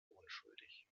unschuldig